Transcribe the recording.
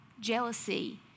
jealousy